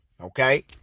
Okay